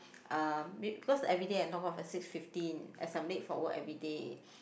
um maybe cause everyday I knock off at six fifteen as I'm late for work everyday